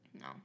no